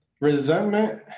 resentment